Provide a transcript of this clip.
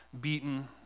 beaten